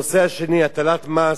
הנושא השני: הטלת מס